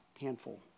handful